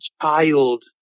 child